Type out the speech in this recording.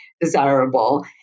desirable